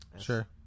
Sure